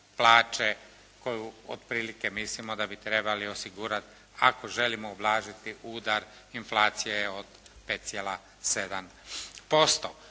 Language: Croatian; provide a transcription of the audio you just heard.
plaće koju otprilike mislimo da bi trebali osigurati ako želimo ublažiti udar inflacije od 5,7%.